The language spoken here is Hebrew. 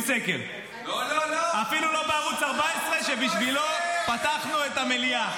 אפשר פשוט לצאת לבחירות ולתת לעם להחליט.